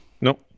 Nope